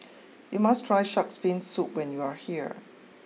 you must try shark's Fin Soup when you are here